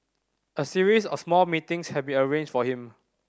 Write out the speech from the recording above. a series of small meetings had been arranged for him